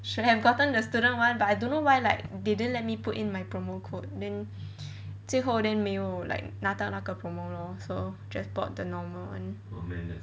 should have gotten the student [one] but I don't know why like they didn't let me put in my promo code then 最后 then 没有 like 拿到那个 promo lor so just bought the normal [one]